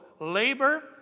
labor